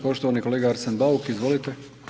Poštovani kolega Arsen Bauk, izvolite.